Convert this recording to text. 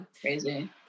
crazy